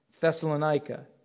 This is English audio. Thessalonica